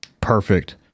Perfect